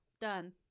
Done